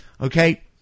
okay